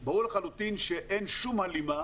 ברור לחלוטין שאין שום הלימה